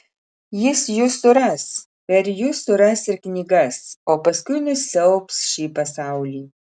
jis jus suras per jus suras ir knygas o paskui nusiaubs šį pasaulį